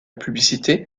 publicité